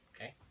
Okay